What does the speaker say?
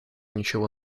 ничего